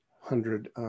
hundred